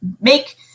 make